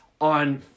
on